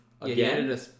Again